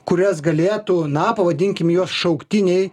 kurias galėtų na pavadinkim juos šauktiniai